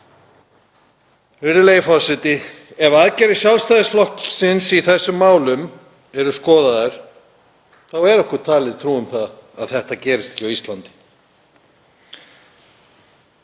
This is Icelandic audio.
Virðulegi forseti. Ef aðgerðir Sjálfstæðisflokksins í þessum málum eru skoðaðar þá er okkur talin trú um að þetta gerist ekki á Íslandi.